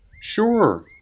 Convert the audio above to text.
Sure